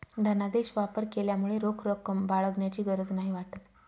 धनादेश वापर केल्यामुळे रोख रक्कम बाळगण्याची गरज नाही वाटत